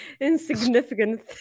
insignificant